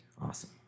awesome